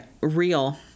real